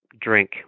drink